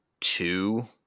two